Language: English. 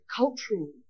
cultural